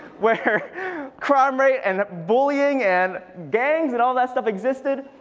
where crime rate and bullying and gangs and all that stuff existed.